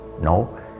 no